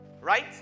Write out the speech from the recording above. right